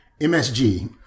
MSG